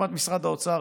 באשמת משרד האוצר,